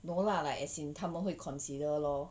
no lah like as in 他们会 consider lor